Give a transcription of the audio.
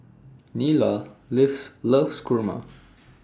Neola lose loves Kurma